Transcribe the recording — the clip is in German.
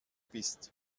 bist